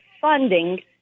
funding